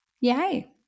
Yay